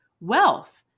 wealth